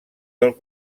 del